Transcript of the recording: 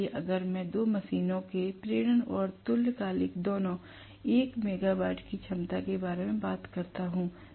इसलिए अगर मैं दो मशीनों के प्रेरण और तुल्यकालिक दोनों 1 मेगावाट की क्षमता के बारे में बात करता हूं